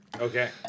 Okay